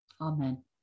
Amen